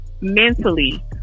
Mentally